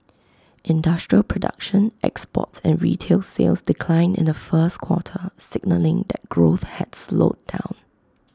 industrial production exports and retail sales declined in the first quarter signalling that growth had slowed down